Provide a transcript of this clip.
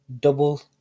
double